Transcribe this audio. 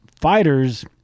fighters